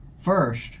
First